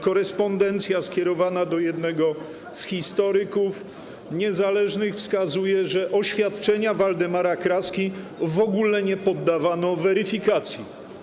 Korespondencja skierowana do jednego z historyków niezależnych wskazuje, że oświadczenia Waldemara Kraski w ogóle nie poddawano weryfikacji.